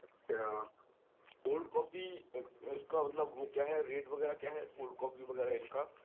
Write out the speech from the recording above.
अच्छा cold coffee उसका मतलब वो क्या है रेट वग़ैरह क्या है कोल्ड कौफ़ी वग़ैरह इनका